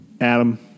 Adam